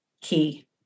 key